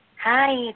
hi